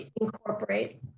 incorporate